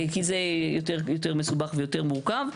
כי זה יותר מסובך ויותר מורכב.